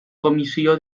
comissió